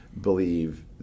believe